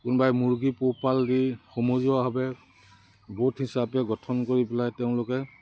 কোনোবাই মুৰ্গী পোহপাল দি সমজুৱাভাৱে গোট হিচাপে গঠন কৰি পেলাই তেওঁলোকে